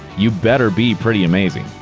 you better be pretty amazing.